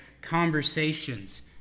conversations